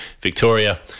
Victoria